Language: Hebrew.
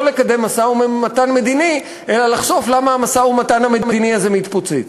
לקדם משא-ומתן מדיני אלא לחשוף למה המשא-ומתן המדיני מתפוצץ.